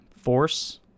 force